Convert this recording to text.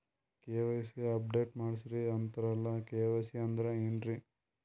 KYC update ಮಾಡಸ್ರೀ ಅಂತರಲ್ಲ KYC ಅಂದ್ರ ಏನ್ರೀ?